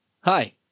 Hi